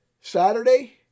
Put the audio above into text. Saturday